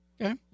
Okay